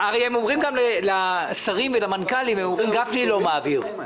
הרי הם אומרים גם לשרים ולמנכ"לים: גפני לא מעביר.